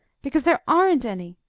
because there aren't any.